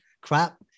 Crap